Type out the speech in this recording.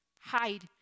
hide